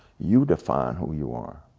you define who you are.